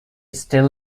still